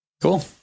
Cool